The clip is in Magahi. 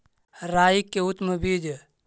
राई के उतम बिज?